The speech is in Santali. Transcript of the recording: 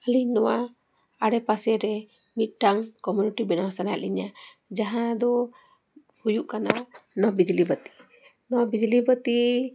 ᱟᱹᱞᱤᱧ ᱱᱚᱣᱟ ᱟᱰᱮ ᱯᱟᱥᱮ ᱨᱮ ᱢᱤᱫᱴᱟᱝ ᱠᱚᱢᱤᱴᱤ ᱵᱮᱱᱟᱣ ᱥᱟᱱᱟᱭᱮᱫ ᱞᱤᱧᱟᱹ ᱡᱟᱦᱟᱸ ᱫᱚ ᱦᱩᱭᱩᱜ ᱠᱟᱱᱟ ᱞᱚ ᱵᱤᱡᱽᱞᱤ ᱵᱟᱹᱛᱤ ᱱᱚᱣᱟ ᱵᱤᱡᱽᱞᱤ ᱵᱟᱹᱛᱤ